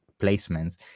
placements